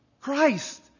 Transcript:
Christ